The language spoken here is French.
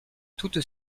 toutes